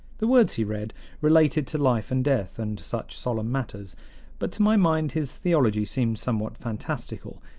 the words he read related to life and death, and such solemn matters but to my mind his theology seemed somewhat fantastical,